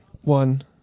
One